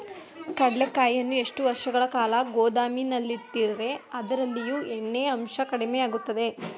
ಕಡ್ಲೆಕಾಯಿಯನ್ನು ಎಷ್ಟು ವರ್ಷಗಳ ಕಾಲ ಗೋದಾಮಿನಲ್ಲಿಟ್ಟರೆ ಅದರಲ್ಲಿಯ ಎಣ್ಣೆ ಅಂಶ ಕಡಿಮೆ ಆಗುತ್ತದೆ?